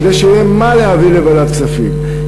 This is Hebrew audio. כדי שיהיה מה להביא לוועדת הכספים.